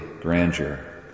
grandeur